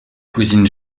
cousine